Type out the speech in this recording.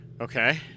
Okay